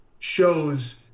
Shows